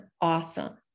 awesome